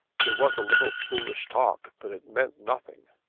there was a little foolish talk, but it meant nothing.